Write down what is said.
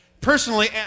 Personally